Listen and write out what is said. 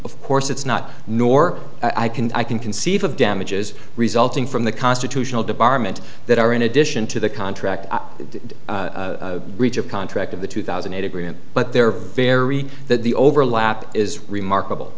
of course it's not nor i can i can conceive of damages resulting from the constitutional department that are in addition to the contract the breach of contract of the two thousand a degree and but they're very that the overlap is remarkable